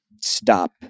stop